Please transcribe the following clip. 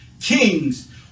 kings